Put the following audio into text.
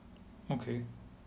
okay